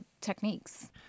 techniques